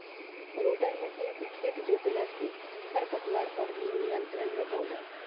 rotor machine से खेत जोतला से खर पतवार पर भी नियंत्रण होला